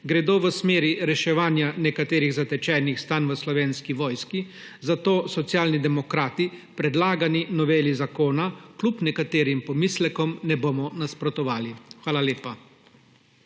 gredo v smeri reševanja nekaterih zatečenih stanj v Slovenski vojski, zato Socialni demokrati predlagani noveli zakona kljub nekaterim pomislekom ne bomo nasprotovali. Hvala lepa.